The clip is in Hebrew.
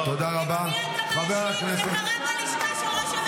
--- זה קרה בלשכה שלו.